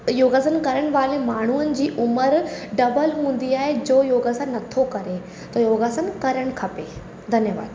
योगासन करणु वारे माण्हुनि जी उमिरि डबल हूंदी आहे जो योगासन न थो करे त योगासन करणु खपे धन्यवाद